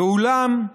ואולם,